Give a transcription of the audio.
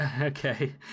Okay